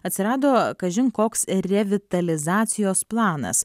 atsirado kažin koks revitalizacijos planas